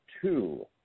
two